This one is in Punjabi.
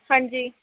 ਹਾਂਜੀ